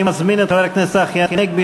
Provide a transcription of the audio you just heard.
אני מזמין את חבר הכנסת צחי הנגבי,